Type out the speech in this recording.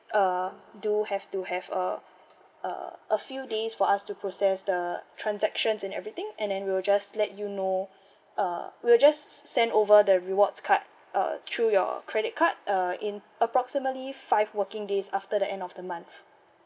uh do have to have uh uh a few days for us to process the transactions and everything and then we'll just let you know uh we'll just s~ send over the rewards card uh to your credit card uh in approximately five working days after the end of the month